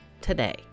today